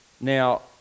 Now